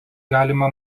galima